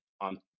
on